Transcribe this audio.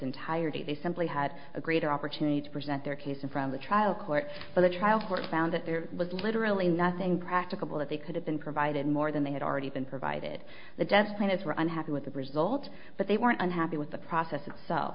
entirety they simply had a greater opportunity to present their case and from the trial court the trial court found that there was literally nothing practicable that they could have been provided more than they had already been provided the death plaintiffs were unhappy with the result but they were unhappy with the process itself